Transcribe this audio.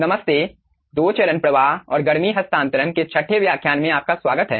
नमस्ते दो चरण प्रवाह और गर्मी हस्तांतरण के छठे व्याख्यान में आपका स्वागत है